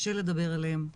קשה לדבר עליהם,